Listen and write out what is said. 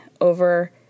over